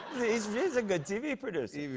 he's a good tv producer.